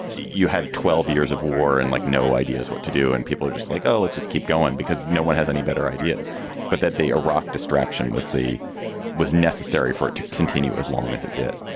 you had twelve years of war and like no ideas what to do. and people are just like, oh, let's just keep going because no one has any better ideas but that the iraq distraction was the was necessary for it to continue as long as it did